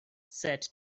said